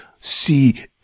see